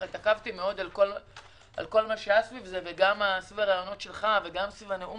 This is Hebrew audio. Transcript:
התעכבתי מאוד על כל מה שהיה סביב זה וגם סביב הראיונות שלך וסביב נאום